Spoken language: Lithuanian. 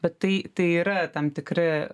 bet tai tai yra tam tikri